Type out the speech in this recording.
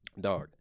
Dog